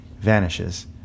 vanishes